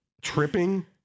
Tripping